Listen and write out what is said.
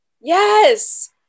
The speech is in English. yes